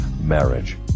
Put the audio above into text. Marriage